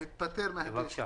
תודה.